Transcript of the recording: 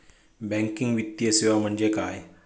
Banking वित्तीय सेवा म्हणजे काय?